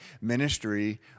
ministry